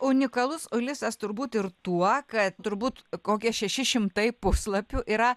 unikalus ulisas turbūt ir tuo kad turbūt kokie šeši šimtai puslapių yra